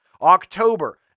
October